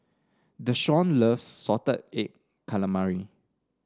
Deshaun loves Salted Egg Calamari